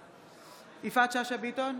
יפעת שאשא ביטון,